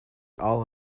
all